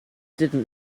didn’t